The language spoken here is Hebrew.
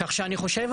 כך שאני חושב,